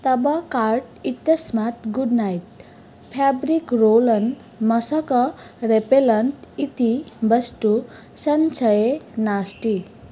तब कार्ट् इत्यस्मात् ङुड् नैट् फाब्रिक् रोल् अन् मसक रेपेलण्ट् इति वस्तु सञ्चये नास्ति